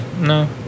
No